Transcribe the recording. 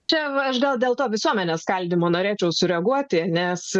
čia va aš gal dėl to visuomenės skaldymo norėčiau sureaguoti nes